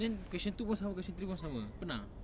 then question two pun sama question three pun sama pernah